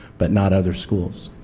but not other schools.